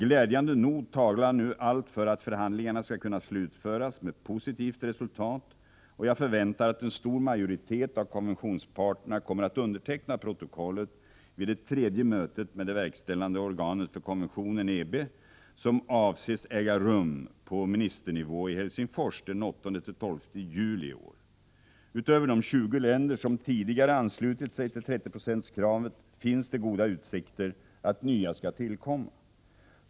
Glädjande nog talar nu allt för att förhandlingarna skall kunna slutföras med positivt resultat, och jag förväntar att en stor majoritet av konventionsparterna kommer att underteckna protokollet vid det tredje mötet med det verkställande organet för konventionen, EB, som avses äga rum på ministernivå i Helsingfors den 8-12 juli i år. Utöver de 20 länder som tidigare anslutit sig till 30-procentskravet finns det goda utsikter att nya skall tillkomma.